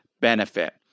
benefit